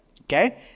Okay